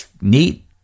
neat